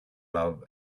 love